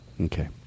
Okay